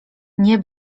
nie